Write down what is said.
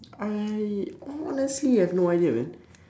I honestly have no idea man